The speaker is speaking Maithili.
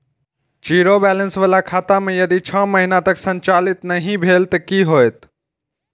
जीरो बैलेंस बाला खाता में यदि छः महीना तक संचालित नहीं भेल ते कि होयत?